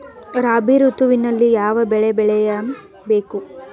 ರಾಬಿ ಋತುವಿನಲ್ಲಿ ಯಾವ ಬೆಳೆ ಬೆಳೆಯ ಬೇಕು?